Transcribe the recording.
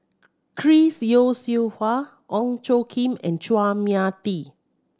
Chris Yeo Siew Hua Ong Tjoe Kim and Chua Mia Tee